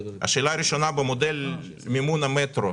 השאלה הראשונה היא לגבי מודל מימון המטרו.